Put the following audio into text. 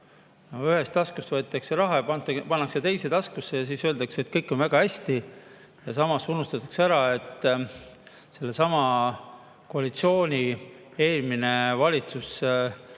Ühest taskust võetakse raha ja pannakse teise taskusse ja siis öeldakse, et kõik on väga hästi. Samas unustatakse ära, et sellesama koalitsiooni eelmine valitsus